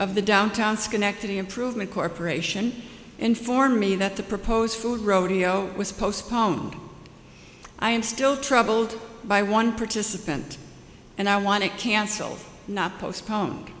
of the downtown schenectady improvement corporation informed me that the proposed food rodeo was postponed i am still troubled by one participant and i want to cancel not postpone